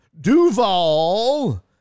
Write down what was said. Duval